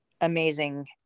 amazing